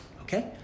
Okay